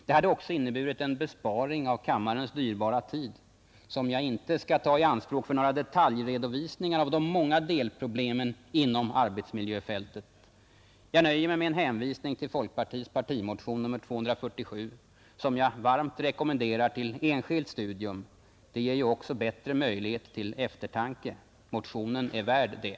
Det hade också inneburit en besparing av kammarens dyrbara tid som jag inte skall ta i anspråk för några detaljredovisningar av de många delproblemen inom arbetsmiljöfältet. Jag nöjer mig med en hänvisning till folkpartiets partimotion, nr 247, som jag varmt rekommenderar till enskilt studium Det ger ju också bättre möjligheter till eftertanke — motionen är värd det.